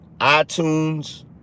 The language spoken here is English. iTunes